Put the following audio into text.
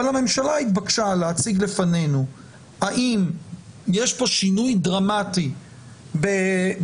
אבל הממשלה התבקשה להציג בפנינו האם יש פה שינוי דרמטי בהוצאה.